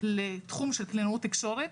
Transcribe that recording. לתחום של קלינאות תקשורת,